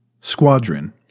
Squadron